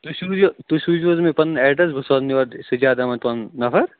تُہۍ سوزِ تُہۍ سوٗزیوٗ حظ مےٚ پَنُن ایٚڈرَس بہٕ سوزَن یورٕ سجاد احمد پَنُن نَفَر